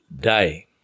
die